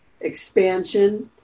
expansion